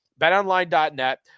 betonline.net